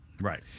Right